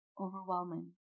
overwhelming